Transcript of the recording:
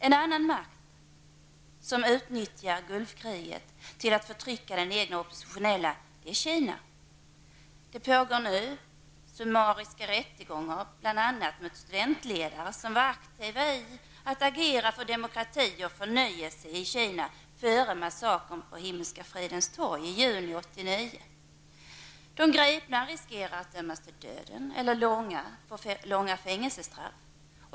En annan makt som utnyttjar Gulfkriget till att förtrycka de egna oppositionella är Kina. Det pågår för närvarande summariska rättegånger mot bl.a. de studentledare som var aktiva i arbetet med att agera för demokrati och förnyelse i Kina före massakern på Himmelska fridens torg i juni 1989. De gripna riskerar att dömas till döden eller till långa fängelsestraff.